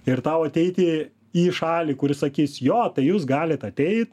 ir tau ateiti į šalį kuris sakys jo tai jūs galit ateit